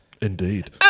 Indeed